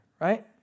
right